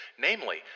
namely